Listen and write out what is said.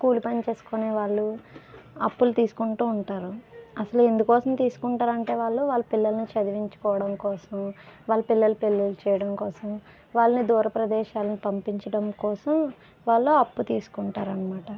కూలి పని చేసుకునేవాళ్ళు అప్పులు తీసుకుంటూ ఉంటారు అసలు ఎందుకోసం తీసుకుంటారంటే వాళ్ళు వాళ్ళ పిల్లలని చదివించుకోవడం కోసం వాళ్ళ పిల్లల పెళ్ళిళ్ళు చేయడం కోసం వాళ్ళని దూరప్రదేశాలకి పంపించడంకోసం వాళ్ళు అప్పు తీసుకుంటారన్నమాట